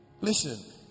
listen